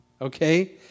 Okay